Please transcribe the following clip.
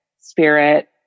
spirit